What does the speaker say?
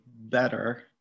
better